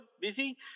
busy